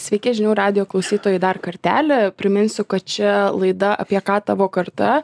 sveiki žinių radijo klausytojai dar kartelį priminsiu kad čia laida apie ką tavo karta